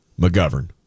McGovern